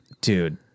Dude